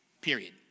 period